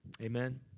Amen